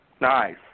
Nice